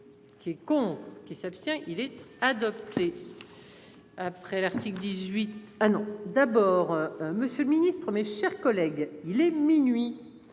Qui compte. Qui s'abstient-il être adopté. Après l'article. Ah non. D'abord Monsieur le Ministre, mes chers collègues. Il est minuit